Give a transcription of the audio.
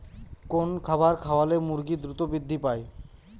কোন খাবার খাওয়ালে মুরগি দ্রুত বৃদ্ধি পায়?